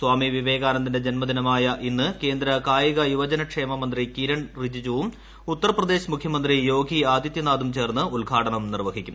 സ്വാമി വിവേകനാന്ദന്റെ ജന്മദിനമായ ഇന്ന് കേന്ദ്ര കായിക യുവജനക്ഷേമ മന്ത്രി കിരൺ റിജുജുവും ഉത്തർപ്രദേശ് മുഖ്യമന്ത്രി യോഗി ആദിതൃനാഥും ചേർന്ന് ഉദ്ഘാടനം നിർവ്വഹിക്കും